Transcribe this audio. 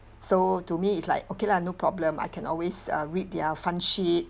so to me it's like okay lah no problem I can always uh read their fund factsheet